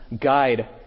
guide